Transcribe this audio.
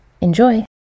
Enjoy